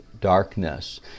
darkness